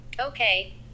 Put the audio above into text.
okay